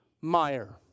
Meyer